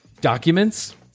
documents